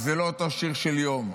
וזה לא אותו שיר של יום,